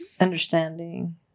Understanding